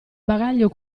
bagaglio